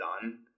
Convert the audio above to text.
done